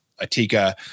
Atika